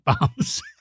bombs